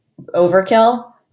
overkill